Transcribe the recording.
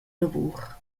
lavur